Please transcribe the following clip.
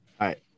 right